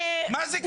מה זה קשור לאיום?